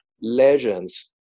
legends